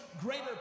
greater